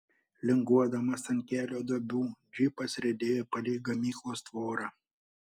linguodamas ant kelio duobių džipas riedėjo palei gamyklos tvorą